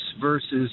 versus